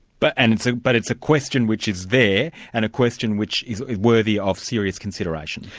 but and it's like but it's a question which is there and a question which is worthy of serious consideration.